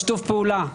לשיתוף פעולה.